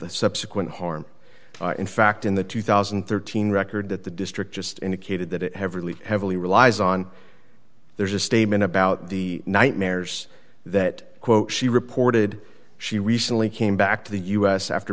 the subsequent harm in fact in the two thousand and thirteen record that the district just indicated that it heavily heavily relies on there's a statement about the nightmares that quote she reported she recently came back to the us after